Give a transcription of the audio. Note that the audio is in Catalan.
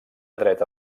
dreta